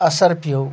تہٕ اَثر پیٚو